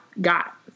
got